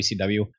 WCW